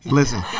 Listen